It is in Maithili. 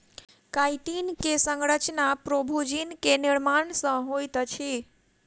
काइटिन के संरचना प्रोभूजिन के निर्माण सॅ होइत अछि